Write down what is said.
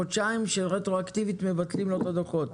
חודשיים שרטרו-אקטיבית מבטלים לו את הדוחות